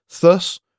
Thus